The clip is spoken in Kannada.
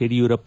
ಯಡಿಯೂರಪ್ಪ